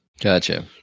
Gotcha